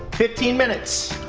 fifteen minutes